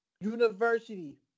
University